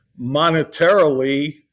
monetarily